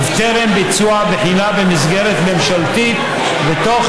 ובטרם ביצוע בחינה במסגרת ממשלתית ותוך